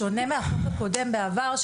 זה בשונה מהחוק הקודם בעבר,